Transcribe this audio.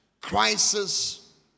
crisis